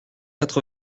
quatre